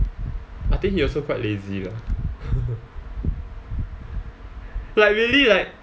I think he also quite lazy lah like really like